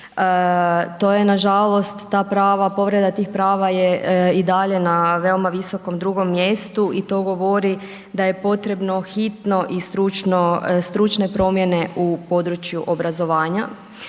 to je nažalost, ta prava, povredu tih prava je i dalje na veoma visokom drugom mjestu i to govori da je potrebno hitno i stručno, stručne promjene u području obrazovanja.